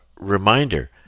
Reminder